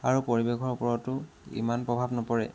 আৰু পৰিৱেশৰ ওপৰতো ইমান প্ৰভাৱ নপৰে